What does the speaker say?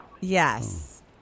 Yes